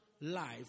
Life